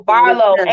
Barlow